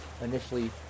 initially